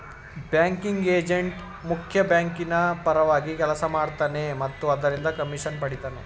banking agent ಮುಖ್ಯ ಬ್ಯಾಂಕಿನ ಪರವಾಗಿ ಕೆಲಸ ಮಾಡ್ತನೆ ಮತ್ತು ಅದರಿಂದ ಕಮಿಷನ್ ಪಡಿತನೆ